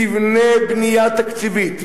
תבנה בנייה תקציבית,